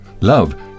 Love